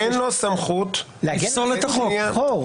אין לו סמכות ------ גור,